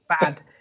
bad